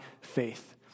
faith